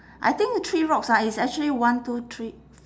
I think the three rocks ah it's actually one two three f~